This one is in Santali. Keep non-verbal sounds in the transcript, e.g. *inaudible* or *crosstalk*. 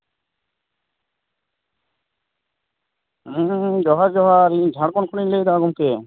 *unintelligible* ᱡᱚᱦᱟᱨ ᱡᱚᱦᱟᱨ ᱤᱧ ᱡᱷᱟᱲᱠᱷᱚᱸᱰ ᱠᱷᱚᱱᱟᱜ ᱤᱧ ᱞᱟᱹᱭᱮᱫᱟ ᱜᱚᱢᱠᱮ